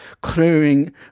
clearing